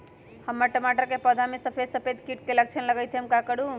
हमर टमाटर के पौधा में सफेद सफेद कीट के लक्षण लगई थई हम का करू?